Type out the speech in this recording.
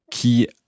Qui